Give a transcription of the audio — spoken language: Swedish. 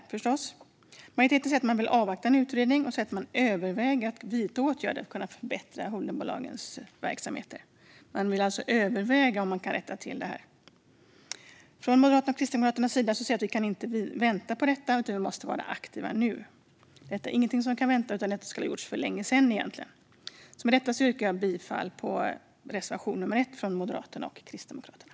Majoriteten vill avvakta en utredning och överväga om åtgärder ska vidtas för att förbättra holdingbolagens verksamheter. Men Moderaterna och Kristdemokraterna vill inte vänta utan anser att man måste vara aktiv nu. Detta skulle egentligen ha gjorts för längesedan. Jag yrkar åter bifall till reservation nummer 1 av Moderaterna och Kristdemokraterna.